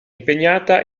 impegnata